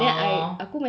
oh